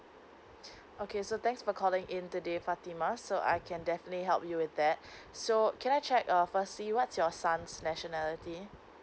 okay so thanks for calling in today fatimah so I can definitely help you with that so can I check uh firstly what's your son's nationality